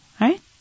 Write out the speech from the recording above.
Right